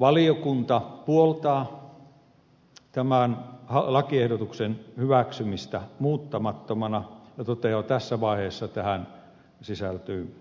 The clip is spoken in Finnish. valiokunta puoltaa tämän lakiehdotuksen hyväksymistä muuttamattomana ja toteaa tässä vaiheessa että tähän sisältyy